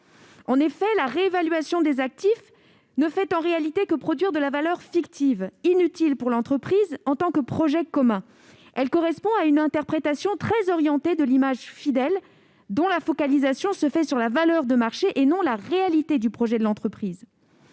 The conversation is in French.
part. La réévaluation des actifs ne fait en réalité que produire de la valeur fictive, inutile pour l'entreprise en tant que projet commun. Elle correspond à une interprétation très orientée de l'image fidèle, focalisée sur la valeur de marché et non sur la réalité du projet de l'entreprise